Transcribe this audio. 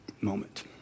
moment